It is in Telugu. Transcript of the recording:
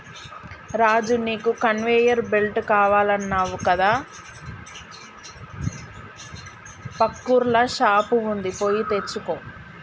రాజు నీకు కన్వేయర్ బెల్ట్ కావాలన్నావు కదా పక్కూర్ల షాప్ వుంది పోయి తెచ్చుకో